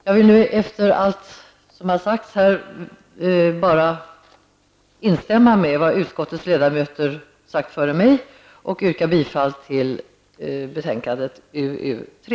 Jag vill nu efter allt det som har sagts här bara instämma i vad utskottets ledamöter har sagt före mig och yrka bifall till hemställan i betänkandet UU3.